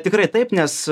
tikrai taip nes